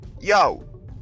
yo